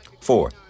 Four